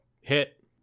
hit